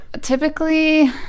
Typically